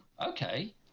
Okay